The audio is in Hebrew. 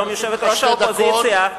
היום יושבת-ראש האופוזיציה,